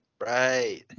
Right